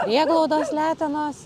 prieglaudos letenos